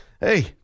Hey